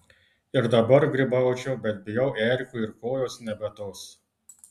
ir dabar grybaučiau bet bijau erkių ir kojos nebe tos